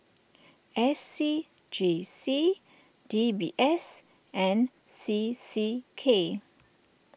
S C G C D B S and C C K